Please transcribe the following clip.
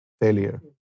failure